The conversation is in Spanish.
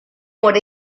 por